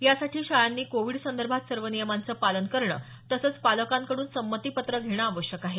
यासाठी शाळांनी कोविड संदर्भात सर्व नियमांचं पालन करणं तसंच पालकांकडून संमतीपत्र घेणं आवश्यक आहे